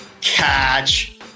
catch